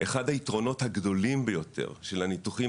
אחד היתרונות הגדולים ביותר של הניתוחים